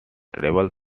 travels